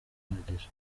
ahagije